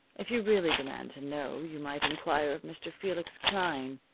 if you really demand to know you might inquire of mr. felix klein.